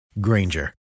Granger